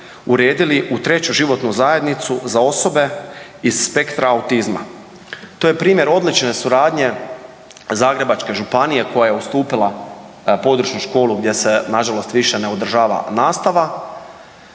uredili u 3 životnu zajednicu za osobe iz spektra autizma. To je primjer odlične suradnje Zagrebačke županije koja je ustupila području školu gdje se nažalost više ne održava nastava